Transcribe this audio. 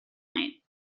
night